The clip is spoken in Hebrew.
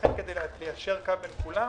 לכן כדי ליישר קו בין כולן